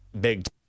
big